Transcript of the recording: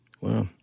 Wow